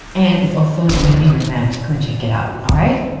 and it's also newly revamped go and check it out all right.